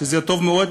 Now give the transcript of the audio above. שהוא טוב מאוד,